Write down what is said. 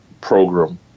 program